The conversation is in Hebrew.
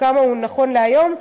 כמה הוא נכון להיום,